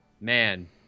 Man